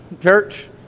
church